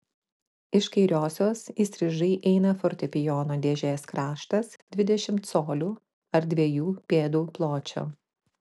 iš kairiosios įstrižai eina fortepijono dėžės kraštas dvidešimt colių ar dviejų pėdų pločio